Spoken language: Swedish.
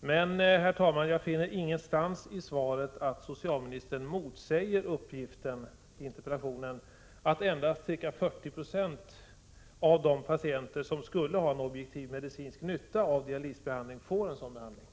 Men, herr talman, jag finner ingenstans i svaret att socialministern motsäger uppgiften i interpellationen att endast ca 40 96 av alla de patienter som skulle ha en objektiv medicinsk nytta av dialysbehandling får sådan behandling.